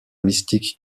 mystique